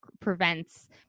prevents